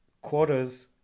quarters